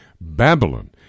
Babylon